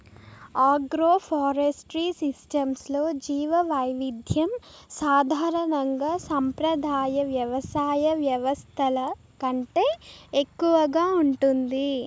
agroforestry సిస్టమ్స్లో జీవవైవిధ్యం సాధారణంగా సంప్రదాయ వ్యవసాయ వ్యవస్థల కంటే ఎక్కువగా ఉంటుంది